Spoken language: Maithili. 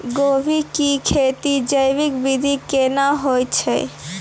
गोभी की खेती जैविक विधि केना हुए छ?